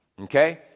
okay